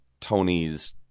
Tony's